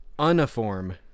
Uniform